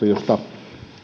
josta